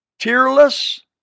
Tearless